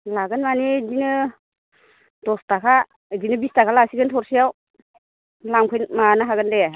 लागोन मानि इदिनो दस थाखा इदिनो बिस थाखा लाखिगोन थरसेयाव लांफै माबानो हागोन दे